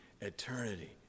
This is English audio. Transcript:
Eternity